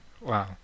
Wow